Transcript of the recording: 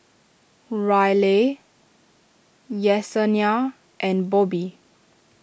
Ryleigh Yessenia and Bobbi